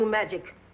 magic